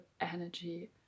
energy